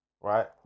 Right